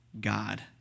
God